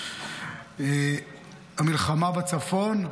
המלחמה בצפון,